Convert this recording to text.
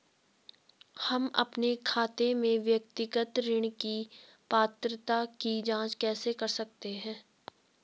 हम अपने खाते में व्यक्तिगत ऋण की पात्रता की जांच कैसे कर सकते हैं?